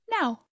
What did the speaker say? now